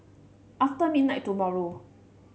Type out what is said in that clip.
after midnight tomorrow